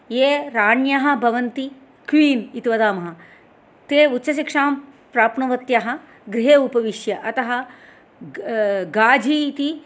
ये राण्यः भवन्ति क्वीन् इति वदामः ते उच्चशिक्षां प्राप्नुवत्यः गृहे उपविश्य अतः गाझी इति